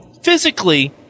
physically